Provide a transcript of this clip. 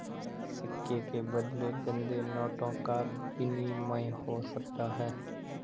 सिक्के के बदले गंदे नोटों का विनिमय हो सकता है